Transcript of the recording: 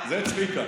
זה צביקה.